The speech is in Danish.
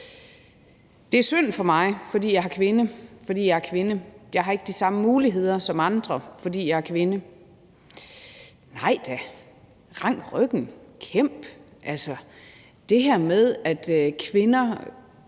Det er synd for mig, fordi jeg er kvinde. Jeg har ikke de samme muligheder som andre, fordi jeg er kvinde. Nej da – rank ryggen og kæmp! Altså, det er det her med, at kvinder